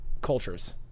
cultures